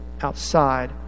outside